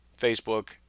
Facebook